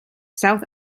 south